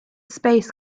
space